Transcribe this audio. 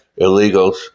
illegals